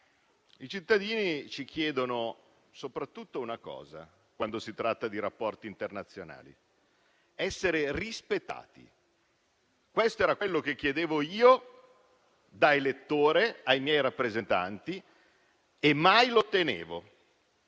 i quali ci chiedono soprattutto una cosa, quando si tratta di rapporti internazionali: essere rispettati. Questo era ciò che chiedevo io da elettore ai miei rappresentanti e mai lo ottenevo,